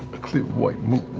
a clear white moon,